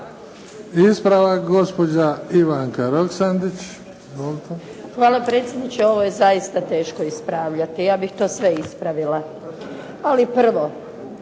**Roksandić, Ivanka (HDZ)** Hvala predsjedniče, ovo je zaista teško ispravljati. Ja bih to sve ispravila, ali prvo: